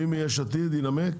מי מיש עתיד ינמק?